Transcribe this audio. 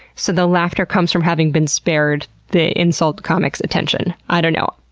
so the laughter comes from having been spared the insult comic's attention. i don't know.